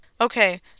Okay